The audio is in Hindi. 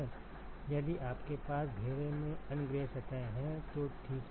यदि आपके पास घेरे में N ग्रे सतह है तो ठीक है